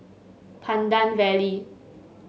Pandan Valley